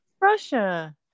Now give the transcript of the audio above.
Russia